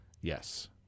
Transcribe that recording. Yes